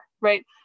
right